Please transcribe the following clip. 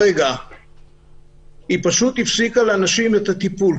היה שהיא פשוט הפסיקה לאנשים את הטיפול.